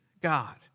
God